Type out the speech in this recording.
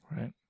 right